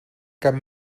cap